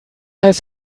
heißt